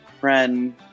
friend